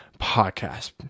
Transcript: podcast